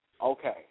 Okay